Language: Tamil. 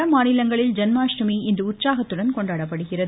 வடமாநிலங்களில் ஜன்மாஷ்டமி இன்று உற்சாகத்துடன் கொண்டாடப்படுகிறது